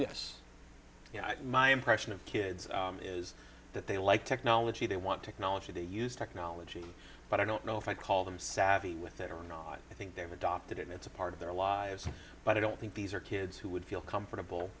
know my impression of kids is that they like technology they want technology they use technology but i don't know if i call them savvy with it or not i think they've adopted it and it's a part of their lives but i don't think these are kids who would feel comfortable